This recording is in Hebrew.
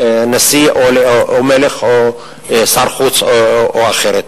נשיא, או מלך, או שר חוץ, או אחר.